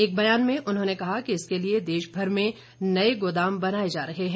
एक बयान में उन्होंने कहा कि इसके लिए देशभर में नए गोदाम बनाए जा रहे हैं